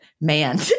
man